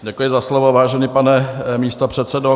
Děkuji za slovo, vážený pane místopředsedo.